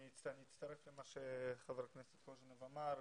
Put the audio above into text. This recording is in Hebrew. אני מצטרף למה שחבר הכנסת קוז'ינוב אמר,